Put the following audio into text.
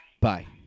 bye